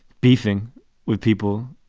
beefing with people.